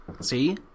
See